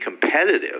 competitive